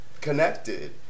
connected